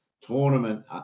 tournament